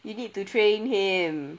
you need to train him